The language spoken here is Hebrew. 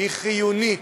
היא חיונית,